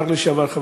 שר לשעבר,